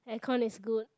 aircon is good